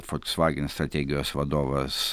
folksvagen strategijos vadovas